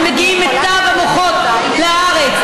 ומגיעים מיטב המוחות לארץ,